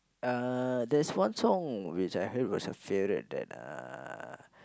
uh there's one song which I have as a favourite that uh